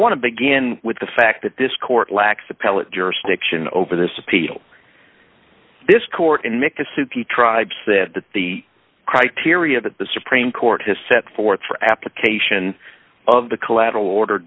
want to begin with the fact that this court lacks appellate jurisdiction over this appeal this court in myka suki tribes that the criteria that the supreme court has set forth for application of the collateral order